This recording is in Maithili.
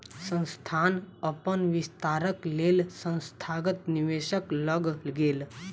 संस्थान अपन विस्तारक लेल संस्थागत निवेशक लग गेल